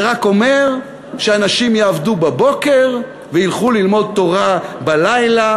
זה רק אומר שאנשים יעבדו בבוקר וילכו ללמוד תורה בלילה,